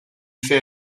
fait